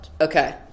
Okay